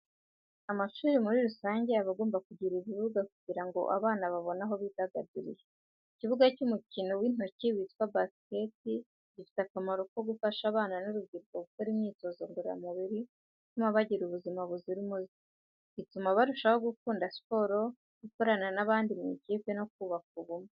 Amashuri muri rusange aba agomba kugira ibibuga kugira ngo abana babone aho bidagadurira. Ikibuga cy’umukino w’intoki witwa basiketi gifite akamaro ko gufasha abana n’urubyiruko gukora imyitozo ngororamubiri ituma bagira ubuzima buzira umuze. Gituma barushaho gukunda siporo, gukorana n’abandi mu ikipe no kubaka ubumwe.